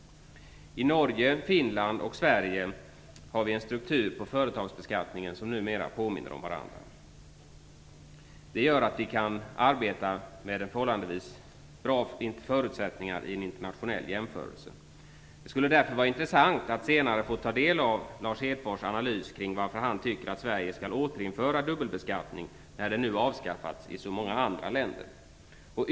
I Norge, Finland och Sverige har vi numera sådana strukturer på företagsbeskattningen som påminner om varandra. Det gör att vi kan arbeta med bra förutsättningar i en internationell jämförelse. Det skulle vara intressant att senare få ta del av Lars Hedfors analys kring varför han tycker att vi i Sverige skall återinföra dubbellbeskattning, när den avskaffats i så många andra länder.